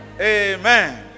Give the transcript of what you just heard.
Amen